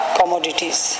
commodities